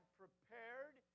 prepared